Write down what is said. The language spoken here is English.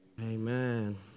Amen